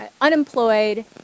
unemployed